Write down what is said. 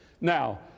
Now